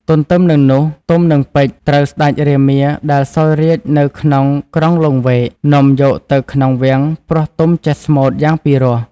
ទន្ទឹមនឹងនោះទុំ និងពេជ្រត្រូវសេ្តចរាមាដែលសោយរាជ្យនៅក្នុង ក្រុងលង្វែកនាំយកទៅក្នុងវាំងព្រោះទុំចេះស្មូត្រយ៉ាងពិរោះ។